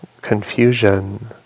confusion